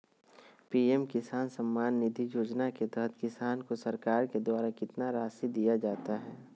PM किसान सम्मान निधि योजना के तहत किसान को सरकार के द्वारा कितना रासि दिया जाता है?